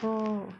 so